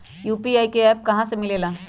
UPI का app कहा से मिलेला?